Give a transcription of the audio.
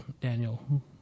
Daniel